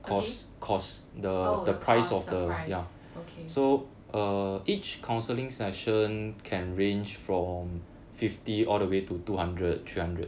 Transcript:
again oh the cost the price okay